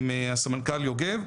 עם הסמנכ"ל יוגב,